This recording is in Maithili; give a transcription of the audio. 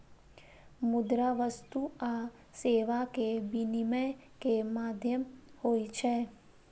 मुद्रा वस्तु आ सेवा के विनिमय के माध्यम होइ छै